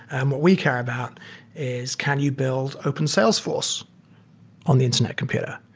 and we care about is can you build open salesforce on the internet computer?